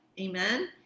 Amen